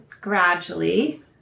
gradually